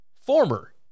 former